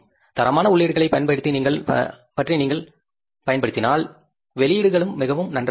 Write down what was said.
தரமான உள்ளீடுகளைப் நீங்கள் பயன்படுத்தினால் வெளியீடுகளும் மிகவும் நன்றாக இருக்கும்